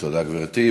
תודה, גברתי.